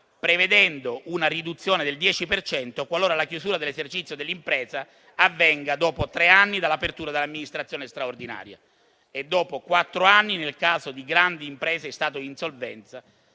prevedendo una riduzione del 10 per cento qualora la chiusura dell'esercizio dell'impresa avvenga dopo tre anni dall'apertura dell'amministrazione straordinaria (dopo quattro anni nel caso di grandi imprese in stato di insolvenza)